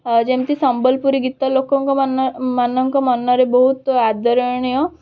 ଯେମତି ସମ୍ବଲପୁରୀ ଗୀତ ଲୋକଙ୍କ ମାନଙ୍କ ମନରେ ବହୁତ ଆଦରଣୀୟ